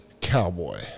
cowboy